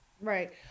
Right